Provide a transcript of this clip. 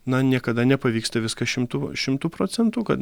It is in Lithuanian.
na niekada nepavyksta viskas šimtu šimtu procentų kad